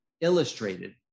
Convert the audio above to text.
illustrated